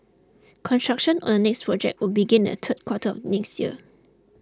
construction on the next project would begin in third quarter of next year